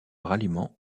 ralliement